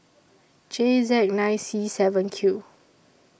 J Z nine C seven Q